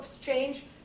change